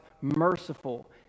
merciful